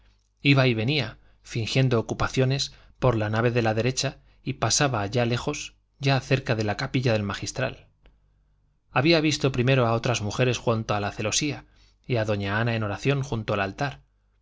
iba y venía fingiendo ocupaciones por la nave de la derecha y pasaba ya lejos ya cerca de la capilla del magistral había visto primero a otras mujeres junto a la celosía y a doña ana en oración junto al altar